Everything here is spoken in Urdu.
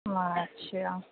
اچھا